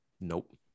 Nope